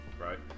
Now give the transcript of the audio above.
right